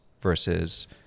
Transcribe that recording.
versus